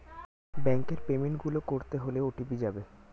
ব্যাংকের পেমেন্ট গুলো করতে হলে ও.টি.পি যাবে